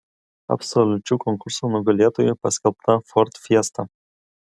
absoliučiu konkurso nugalėtoju paskelbta ford fiesta